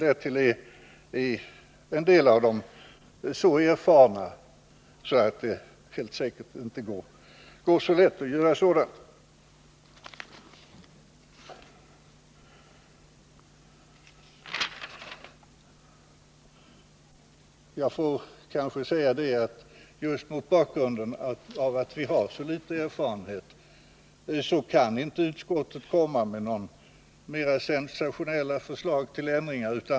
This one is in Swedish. En del av dem är alltför erfarna för att det skulle vara möjligt att göra någonting sådant. Jag kan kanske säga att just därför att vi har så liten erfarenhet kan inte utskottet komma med några mera sensationella förslag till ändringar.